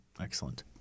excellent